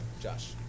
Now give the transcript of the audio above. Josh